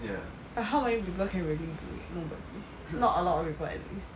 but how many people can really know about this but not a lot of people at least